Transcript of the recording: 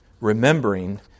remembering